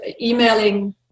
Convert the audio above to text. emailing